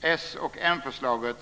Det socialdemokratiska och moderata förslaget